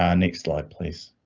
ah, next slide please.